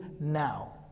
now